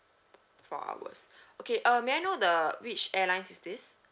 four hours okay uh may I know the which airlines is this